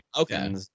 okay